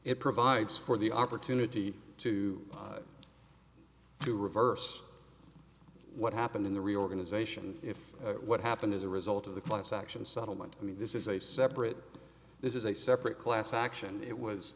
it provides for the opportunity to to reverse what happened in the reorganization if what happened as a result of the class action settlement i mean this is a separate this is a separate class action it was